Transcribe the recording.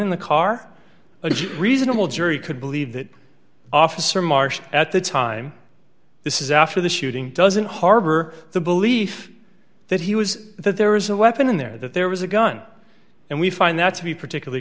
it's reasonable jury could believe that officer marsh at the time this is after the shooting doesn't harbor the belief that he was that there is a weapon in there that there was a gun and we find that to be particularly